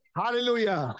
hallelujah